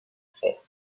retrait